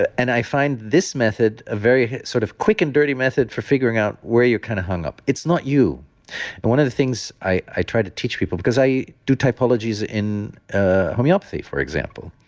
ah and i find this method a very sort of quick and dirty method for figuring out where you're kind of hung up. it's not you and one of the things i i tried to teach people, because i do typologies in homeopathy for example.